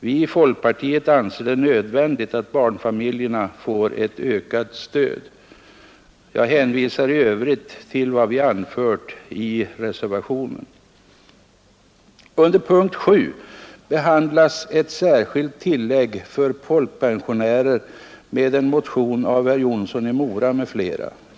Vi i folkpartiet anser det nödvändigt att barnfamiljerna får ett ökat stöd. Jag hänvisar i övrigt till vad vi anfört i reservationen. Under punkten 7 angående särskilt tillägg till folkpensionärer behandlas en motion av herr Jonsson i Mora m.fl.